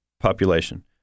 population